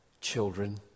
children